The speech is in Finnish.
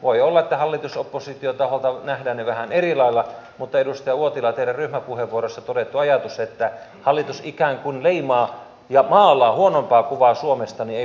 voi olla että hallitus ja oppositiotahoilta nähdään ne vähän eri lailla mutta edustaja uotila teidän ryhmäpuheenvuorossanne todettu ajatus että hallitus ikään kuin leimaa ja maalaa huonompaa kuvaa suomesta ei pidä paikkaansa